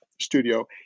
studio